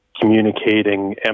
communicating